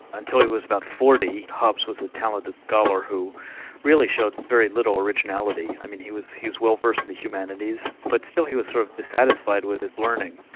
until he was about forty, hobbes was a talented scholar who really showed very little originality. i mean, he was well versed in the humanities but still he was sort of dissatisfied with his learning.